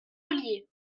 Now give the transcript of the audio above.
ollier